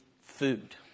food